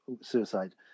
suicide